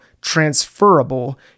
transferable